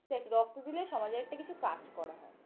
দেখ রক্ত দিলে সমাজের একটা কিছু কাজ করা হয়